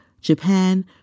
Japan